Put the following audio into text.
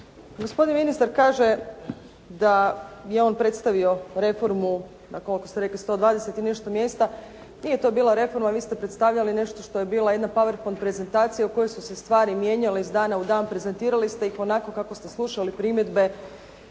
Gospodin ministar kaže da je on predstavio reformu, koliko ste rekli, 120 i nešto mjesta. Nije to bila reforma, vi ste predstavljali nešto što je bila jedna PowerPoint prezentacija u kojoj su se stvari mijenjale iz dana u dan, prezentirali ste ih onako kako ste slušali primjedbe